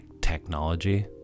technology